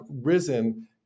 risen